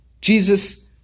Jesus